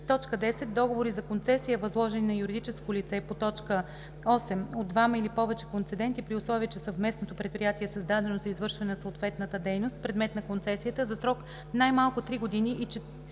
10. Договори за концесия, възложени на юридическо лице по т. 8 от двама или повече концеденти, при условие че съвместното предприятие е създадено за извършване на съответната дейност – предмет на концесията, за срок най-малко три години